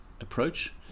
approach